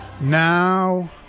Now